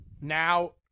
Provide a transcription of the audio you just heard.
Now